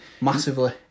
Massively